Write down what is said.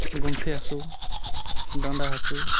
ᱜᱚᱱᱴᱷᱮ ᱦᱟᱹᱥᱩ ᱰᱟᱱᱰᱟ ᱦᱟᱹᱥᱩ